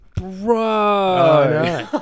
bro